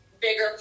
bigger